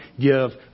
give